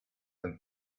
and